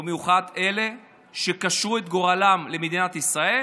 במיוחד את אלה שקשרו את גורלם במדינת ישראל,